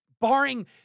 barring